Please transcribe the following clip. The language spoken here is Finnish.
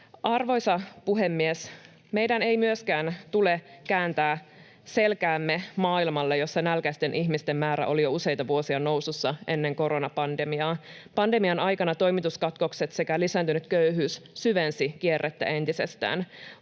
Arvoisa puhemies! Meidän ei myöskään tule kääntää selkäämme maailmalle, jossa nälkäisten ihmisten määrä oli jo useita vuosia nousussa ennen koronapandemiaa. Pandemian aikana toimituskatkokset sekä lisääntynyt köyhyys syvensivät kierrettä entisestään.